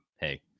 hey